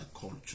culture